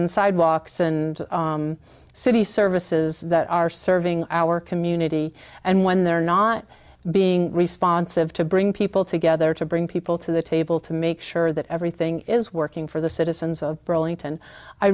and sidewalks and city services that are serving our community and when they're not being responsive to bring people together to bring people to the table to make sure that everything is working for the citizens of burlington i